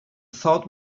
thought